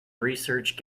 research